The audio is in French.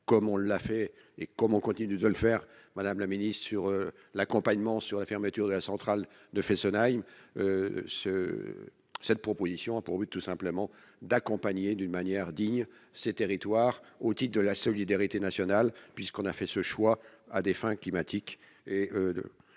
comme on l'a fait et comme on continue de le faire madame la Ministre, sur l'accompagnement sur la fermeture de la centrale de Fessenheim ce cette proposition, a pour but, tout simplement, d'accompagner d'une manière digne ces territoires au type de la solidarité nationale, puisqu'on a fait ce choix à des fins climatique